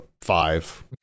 five